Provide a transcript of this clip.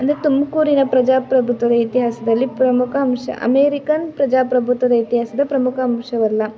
ಅಂದರೆ ತುಮಕೂರಿನ ಪ್ರಜಾಪ್ರಭುತ್ವದ ಇತಿಹಾಸದಲ್ಲಿ ಪ್ರಮುಖ ಅಂಶ ಅಮೇರಿಕನ್ ಪ್ರಜಾಪ್ರಭುತ್ವದ ಇತಿಹಾಸದ ಪ್ರಮುಖ ಅಂಶವಲ್ಲ